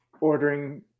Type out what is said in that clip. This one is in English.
ordering